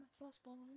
firstborn